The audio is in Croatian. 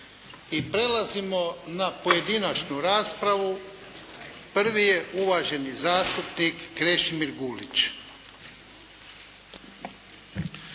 Prelazimo na pojedinačnu raspravu. Prvi je uvaženi zastupnik Krešimir Gulić.